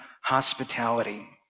hospitality